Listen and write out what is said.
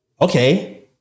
okay